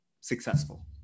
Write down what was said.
successful